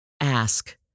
ask